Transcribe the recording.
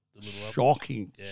Shocking